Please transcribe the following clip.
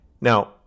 Now